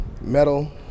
metal